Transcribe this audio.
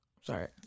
Sorry